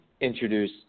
introduce